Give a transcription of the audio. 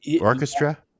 Orchestra